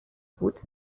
بود